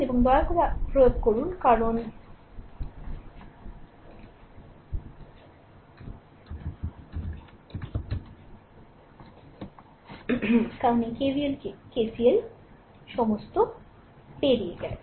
এখন দয়া করে প্রয়োগ করুন কারণ এই KVL KCL সমস্ত পেরিয়ে গেছে